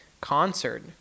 concert